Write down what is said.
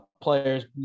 players